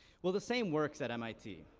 well, the same works at mit.